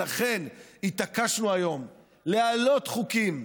ולכן התעקשנו היום להעלות חוקים,